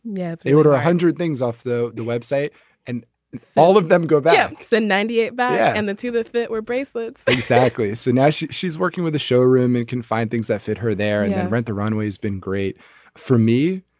yes they order a hundred things off the the website and so all of them go back then ninety eight but and the two that fit wear bracelets exactly so now she's she's working with a showroom and can find things that fit her there and then rent the runway has been great for me.